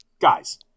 Guys